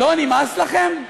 לא נמאס לכם?